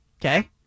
okay